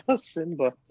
Simba